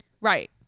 right